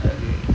then